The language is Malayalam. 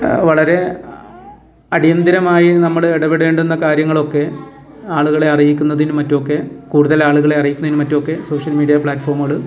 വളരെ അടിയന്തിരമായി നമ്മുടെ ഇടപെടേണ്ടുന്ന കാര്യങ്ങളൊക്കെ ആളുകളെ അറിയിക്കുന്നതിന് മറ്റും ഒക്കെ കൂടുതൽ ആളുകളെ അറിയിക്കുന്നതിന് മറ്റും ഒക്കെ സോഷ്യൽ മീഡിയ പ്ലാറ്റ്ഫോമുകൾ